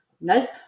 Nope